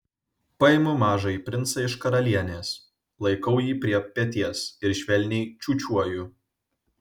paimu mažąjį princą iš karalienės laikau jį prie peties ir švelniai čiūčiuoju